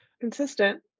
consistent